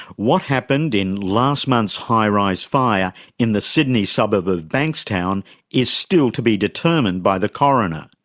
what happened in last month's high-rise fire in the sydney suburb of bankstown is still to be determined by the coroner.